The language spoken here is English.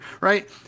Right